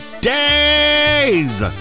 Days